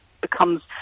becomes